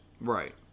Right